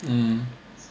hmm